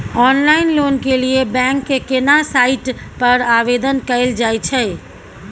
Online loan के लिए bank के केना साइट पर आवेदन कैल जाए छै?